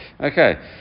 Okay